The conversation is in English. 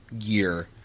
year